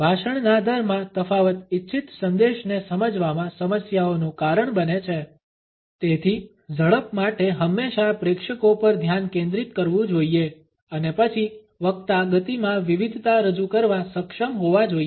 ભાષણના દરમાં તફાવત ઇચ્છિત સંદેશને સમજવામાં સમસ્યાઓનું કારણ બને છે તેથી ઝડપ માટે હંમેશા પ્રેક્ષકો પર ધ્યાન કેન્દ્રિત કરવું જોઈએ અને પછી વક્તા ગતિમાં વિવિધતા રજૂ કરવા સક્ષમ હોવા જોઈએ